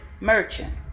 Merchant